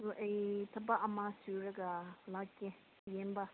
ꯑꯩ ꯊꯕꯛ ꯑꯃ ꯁꯨꯔꯒ ꯂꯥꯛꯀꯦ ꯌꯦꯡꯕ